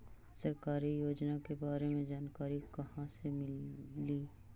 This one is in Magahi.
सरकारी योजना के बारे मे जानकारी कहा से ली?